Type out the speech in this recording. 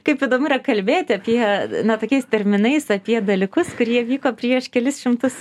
kaip įdomu yra kalbėti apie na tokiais terminais apie dalykus kurie vyko prieš kelis šimtus